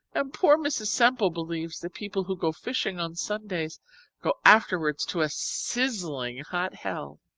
and poor mrs. semple believes that people who go fishing on sundays go afterwards to a sizzling hot hell!